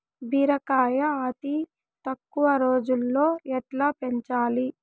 బీరకాయ అతి తక్కువ రోజుల్లో ఎట్లా పెంచాలి?